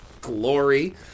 glory